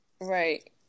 right